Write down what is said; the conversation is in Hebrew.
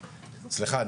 סליחה,